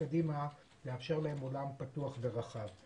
לאפשר עולם פתוח ורחב לאלה שכן נמצאים קדימה.